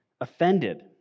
offended